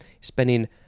Spending